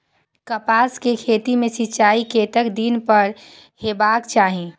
कपास के खेती में सिंचाई कतेक दिन पर हेबाक चाही?